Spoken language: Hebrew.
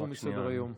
והוסרו מסדר-היום.